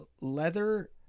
leather